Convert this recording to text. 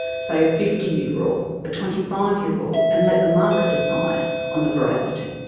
say a fifty year rule, a twenty five year rule, and let the market decide on the veracity?